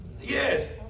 Yes